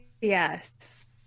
yes